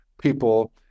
people